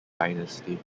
dynasty